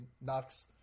knocks